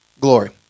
Glory